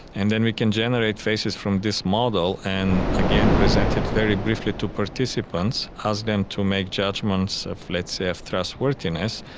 and then we can generate faces from this model and again present it very briefly to participants, ask them to make judgements, let's say, of trustworthiness,